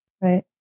Right